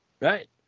right